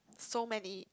so many